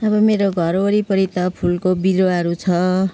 अब मेरो घरवरिपरि त फुलको बिरुवाहरू छ